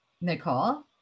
Nicole